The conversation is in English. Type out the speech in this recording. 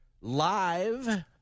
live